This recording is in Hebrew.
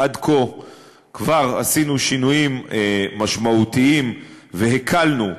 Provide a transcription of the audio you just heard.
עד כה כבר עשינו שינויים משמעותיים והקלנו,